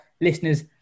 listeners